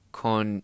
con